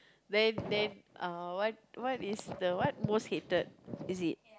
then then uh what what is the what most hated is it